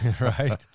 Right